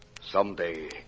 Someday